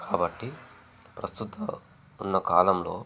కాబట్టి ప్రస్తుతంలో ఉన్న కాలంలో